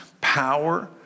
power